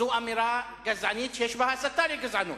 זו אמירה גזענית שיש בה הסתה לגזענות.